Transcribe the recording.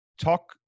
Talk